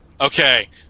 Okay